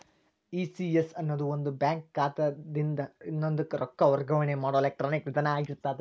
ECS ಅನ್ನೊದು ಒಂದ bank ಖಾತಾದಿನ್ದ ಇನ್ನೊಂದಕ್ಕ ರೊಕ್ಕ ವರ್ಗಾವಣೆ ಮಾಡೊ ಎಲೆಕ್ಟ್ರಾನಿಕ್ ವಿಧಾನ ಆಗಿರ್ತದ